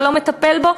אתה לא מטפל בו,